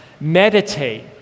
Meditate